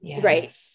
Right